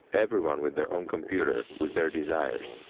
everyone with their own computer, with their desires.